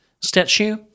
statue